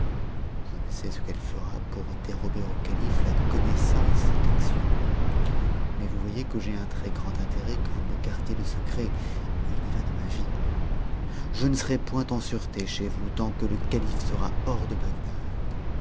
vie jie sais ce qu'elle fera pour dérober au calife la connaissance de cette action mais vous voyez que j'ai un très-grand intérêt que vous me gardiez le secret il y va de ma vie je ne serai point en sûreté chez vous tant que le calife sera hors de bagdad